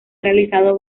realizado